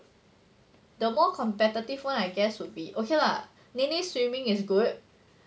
the more competitive [one] I guess would be okay lah mimi swimming is good